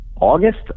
August